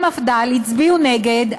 ש"ס והמפד"ל הצביעו נגד,